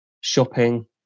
shopping